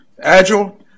Agile